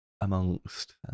amongst